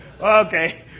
Okay